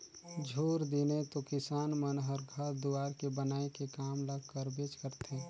झूर दिने तो किसान मन हर घर दुवार के बनाए के काम ल करबेच करथे